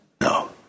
No